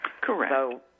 Correct